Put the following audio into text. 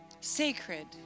sacred